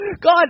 God